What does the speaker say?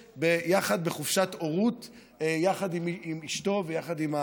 בחופשת הורות ביחד עם אשתו ויחד עם,